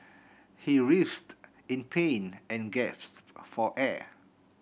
he writhed in pain and gasped for air